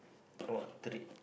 what trait